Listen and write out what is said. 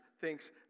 thinks